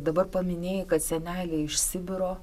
dabar paminėjai kad seneliai iš sibiro